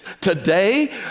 today